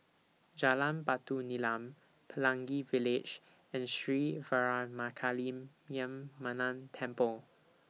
Jalan Batu Nilam Pelangi Village and Sri Veeramakaliamman Temple